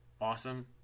awesome